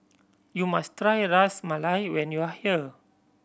you must try Ras Malai when you are here